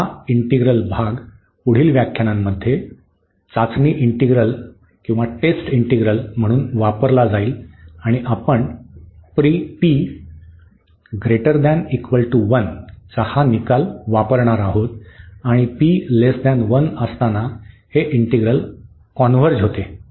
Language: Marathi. तर हा इंटिग्रल भाग पुढील व्याख्यानांमध्ये चाचणी इंटिग्रल म्हणून वापरला जाईल आणि आपण चा हा निकाल वापरणार आहोत आणि p 1 असताना ही इंटिग्रल कॉन्व्हर्ज होते